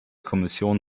kommission